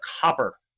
copper